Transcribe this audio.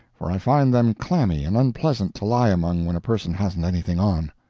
for i find them clammy and unpleasant to lie among when a person hasn't anything on.